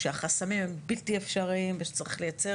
שהחסמים הם בלתי אפשריים ושצריך לייצר